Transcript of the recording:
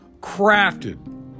crafted